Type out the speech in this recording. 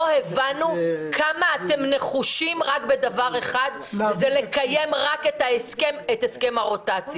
לא הבנו כמה אתם נחושים רק בדבר אחד לקיים רק את הסכם הרוטציה.